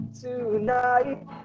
tonight